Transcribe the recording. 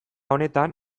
honetan